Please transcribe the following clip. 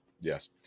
yes